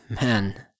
man